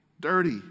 dirty